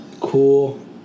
cool